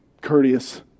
courteous